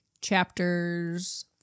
Chapters